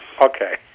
Okay